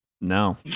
No